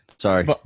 Sorry